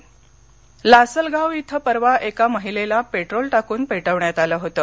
हल्ला नाशिक लासलगाव इथं परवा एका महिलेला पेट्रोल टाकून पेटवण्यात आलं होतं